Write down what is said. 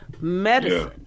medicine